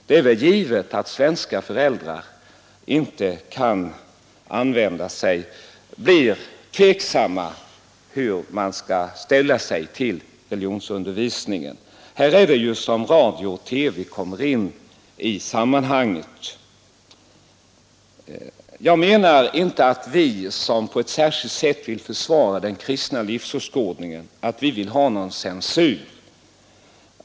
Det är givet att svenska föräldrar blir tveksamma hur de skall ställa sig till religionsundervisningen. Här är det ju som radio och TV kommer in i sammanhanget. Jag menar inte att vi som på ett särskilt sätt försvarar den kristna livsåskådningen vill ha någon censur.